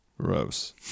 Rose